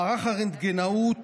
מערך הרנטגנאות